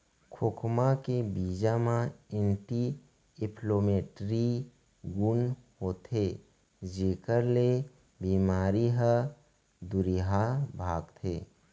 खोखमा के बीजा म एंटी इंफ्लेमेटरी गुन होथे जेकर ले बेमारी ह दुरिहा भागथे